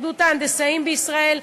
להתאחדות ההנדסאים בישראל,